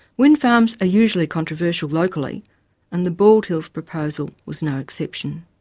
wind farms are usually controversial locally and the bald hills proposal was no exception.